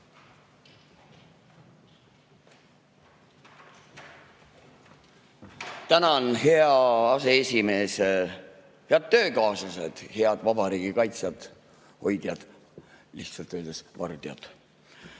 Tänan, hea aseesimees! Head töökaaslased! Head vabariigi kaitsjad, hoidjad, lihtsalt öeldes vardjad!